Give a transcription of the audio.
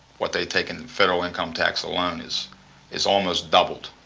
what they take in federal income tax alone is is almost doubled,